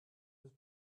with